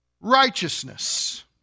righteousness